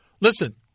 listen